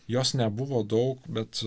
jos nebuvo daug bet